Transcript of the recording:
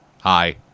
Hi